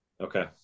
Okay